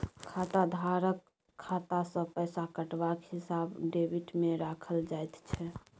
खाताधारकक खाता सँ पैसा कटबाक हिसाब डेबिटमे राखल जाइत छै